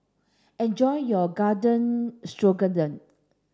enjoy your Garden Stroganoff